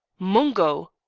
mungo!